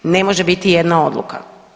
Ne može biti jedna odluka.